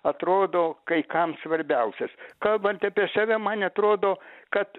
atrodo kai kam svarbiausias kalbant apie save man atrodo kad